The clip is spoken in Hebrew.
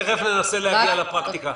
תכף ננסה להגיע לפרקטיקה.